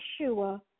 yeshua